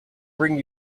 bring